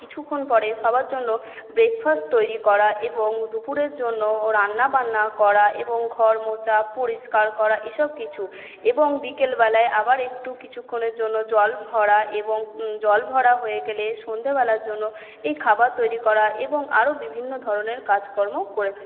কিছুক্ষণ পরে সবার জন্য ব্রেকফাস্ট তৈরি করা এবং দুপুরের জন্য রান্নাবান্না করা এবং ঘর মোছা পরিষ্কার করা এসব কিছু এবং বিকেল বেলায় আবার একটু কিছুক্ষণের জন্য জল ভরা এবং জল ভরা হয়ে গেলে সন্ধেবেলার জন্য এই খাবার তৈরি করা এবং আরও বিভিন্ন ধরনের কাজকর্ম করে থাকি